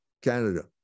Canada